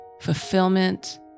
fulfillment